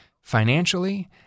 financially